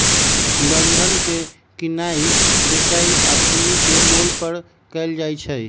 बन्धन के किनाइ बेचाई अखनीके मोल पर कएल जाइ छइ